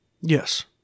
Yes